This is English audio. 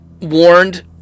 warned